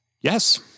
Yes